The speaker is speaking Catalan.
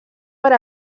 per